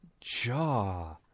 Jaw